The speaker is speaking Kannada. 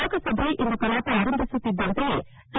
ಲೋಕಸಭೆ ಇಂದು ಕಲಾಪ ಆರಂಭಿಸುತ್ತಿದ್ದಂತೆಯೇ ಟಿ